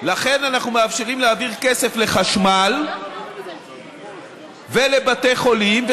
לכן אנחנו מאפשרים להעביר כסף לחשמל ולבתי חולים,